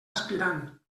aspirant